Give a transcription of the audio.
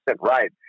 right